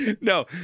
No